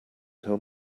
tell